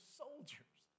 soldiers